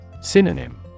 Synonym